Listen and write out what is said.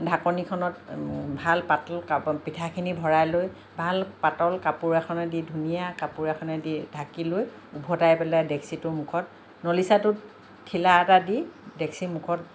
ঢাকনিখনত ভাল পাতল পিঠাখিনি ভৰাই লৈ ভাল পাতল কাপোৰ এখনেদি ধুনীয়া কাপোৰ এখনেদি ঢাকি লৈ ওভতাই পেলাই ডেক্সিটোৰ মুখত নলিছাটোত ঠিলা এটা দি ডেক্সিমুখত